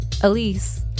Elise